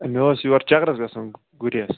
مےٚ اوس یور چَکرَس گَژھُن گُریز